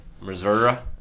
Missouri